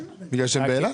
בגלל שהם באילת?